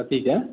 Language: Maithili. कथीके